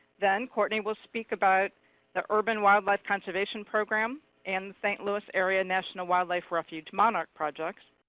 then cortney will speak about the urban wildlife conservation program and st. louis area national wildlife refuge monarch projects.